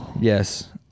Yes